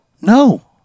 No